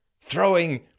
throwing